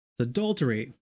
Adultery